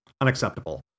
unacceptable